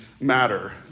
matter